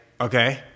Okay